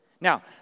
Now